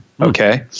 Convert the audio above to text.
Okay